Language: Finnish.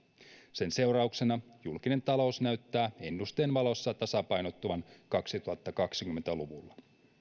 sen seurauksena julkinen talous näyttää ennusteen valossa tasapainottuvan kaksituhattakaksikymmentä luvulla